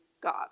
God